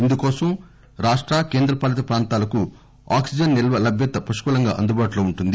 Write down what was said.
ఇందుకోసం రాష్ట కేంద్ర పాలిత ప్రాంతాలకు ఆక్సిజన్ నిల్వ లభ్యత పుష్కలంగా అందుబాటులో ఉంటుంది